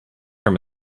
from